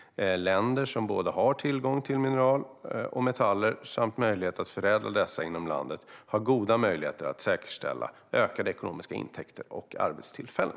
Länder som både har tillgång till mineraler och metaller och möjlighet att förädla dessa inom landet har goda möjligheter att säkerställa ökade ekonomiska intäkter och arbetstillfällen.